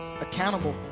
accountable